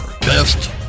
Best